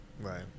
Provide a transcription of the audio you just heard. right